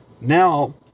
now